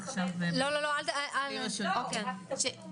יש עוד שקף אחד.